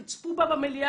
צפו בה במליאה.